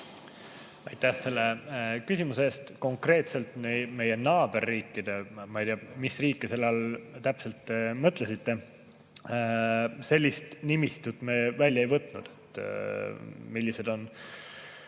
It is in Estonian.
Aitäh selle küsimuse eest! Konkreetselt meie naaberriikide – ma ei tea, mis riike te selle all täpselt mõtlesite – nimistut me välja ei võtnud. Millised on